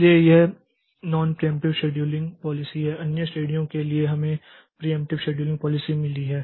इसलिए यह non preemptive scheduling policy है अन्य श्रेणियों के लिए हमें प्रियेंप्टिव शेड्यूलिंग पॉलिसी मिली है